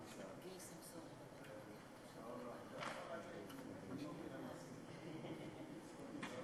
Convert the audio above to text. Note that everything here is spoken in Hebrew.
הכנסת, שעה 16:00 תוכן העניינים נאומים בני